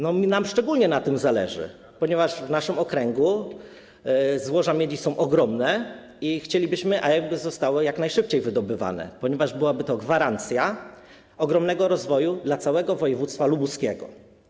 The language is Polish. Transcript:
Nam szczególnie na tym zależy, ponieważ w naszym okręgu złoża miedzi są ogromne i chcielibyśmy, aby były jak najszybciej wydobywane, ponieważ byłaby to gwarancja ogromnego rozwoju dla całego województwa lubuskiego.